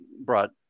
brought